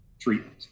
treatment